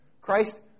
Christ